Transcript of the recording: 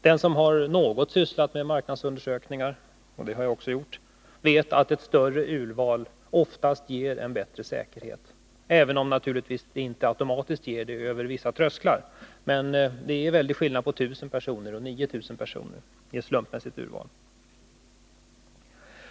Den som har något sysslat med marknadsundersökningar — det har jag också gjort — vet att ett större urval oftast ger en bättre säkerhet, även om det naturligtvis inte automatiskt ger det över vissa trösklar. Det är emellertid en väldig skillnad på 1000 personer och 9000 personer i ett slumpmässigt urval.